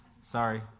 Sorry